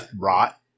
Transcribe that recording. rot